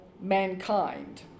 mankind